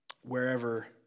wherever